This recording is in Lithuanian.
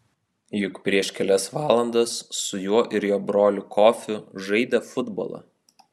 juk prieš kelias valandas su juo ir jo broliu kofiu žaidė futbolą